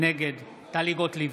נגד טלי גוטליב,